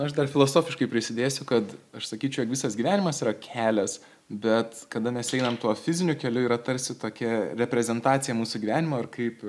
aš dar filosofiškai prisidėsiu kad aš sakyčiau jog visas gyvenimas yra kelias bet kada mes einame tuo fiziniu keliu yra tarsi tokia reprezentacija mūsų gyvenimo ir kaip